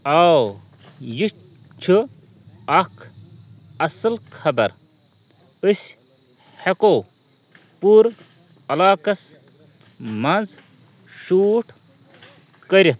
اوہ یہِ چھِ اَکھ اصٕل خبر أسۍ ہیٚکو پوٗرٕ علاقس منٛز شوٗٹ کٔرِتھ